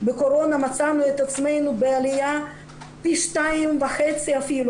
בקורונה מצאנו את עצמנו בעליה פי 2.5 אפילו